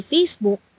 Facebook